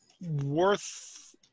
worth